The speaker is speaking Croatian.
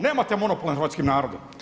Nemate monopol nad hrvatskim narodom.